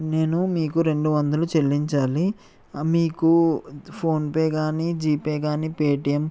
నేను మీకు రెండు వందలు చెల్లించాలి మీకు ఫోన్పే గానీ జీపే గానీ పేటియం